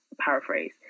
paraphrase